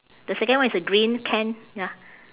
the second one is a green can ya